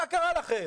מה קרה לכם?